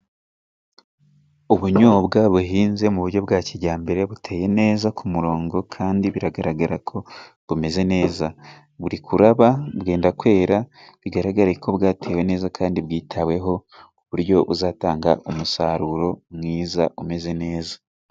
Ubunyobwa buhinze mu buryo bwa kijyambere buteye neza ku murongo kandi biragaragara ko bumeze neza buri kuraba bwenda kwera, bigaragare ko bwatewe neza kandi bwitaweho ku buryo buzatanga umusaruro mwiza umeze neza.